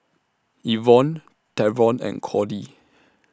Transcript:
Evonne Travon and Cordie